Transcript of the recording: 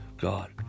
God